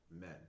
men